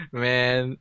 man